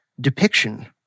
depiction